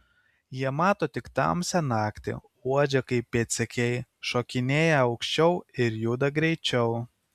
jie mato tik tamsią naktį uodžia kaip pėdsekiai šokinėja aukščiau ir juda greičiau